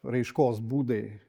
raiškos būdai